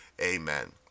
Amen